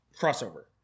Crossover